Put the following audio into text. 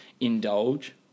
indulge